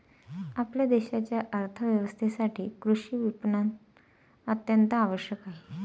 आपल्या देशाच्या अर्थ व्यवस्थेसाठी कृषी विपणन अत्यंत आवश्यक आहे